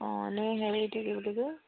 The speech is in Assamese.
অঁ হেৰিটো কি বুলি কয়